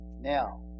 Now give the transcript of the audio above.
Now